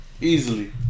Easily